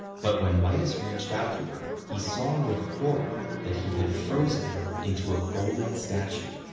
but when midas reached out to her, he saw with that he had frozen her into a golden statue.